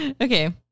Okay